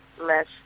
less